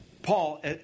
Paul